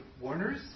Warners